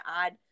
add